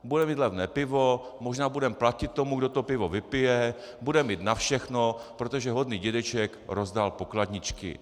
Budeme mít levné pivo, možná budeme platit tomu, kdo to pivo vypije, budeme mít na všechno, protože hodný dědeček rozdal pokladničky.